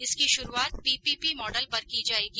इसकी शुरूआत PPP model पर की जाएगी